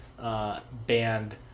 Band